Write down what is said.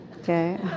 Okay